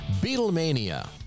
Beatlemania